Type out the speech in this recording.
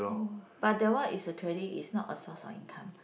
oh but that one is a trading is not a source of income